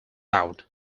out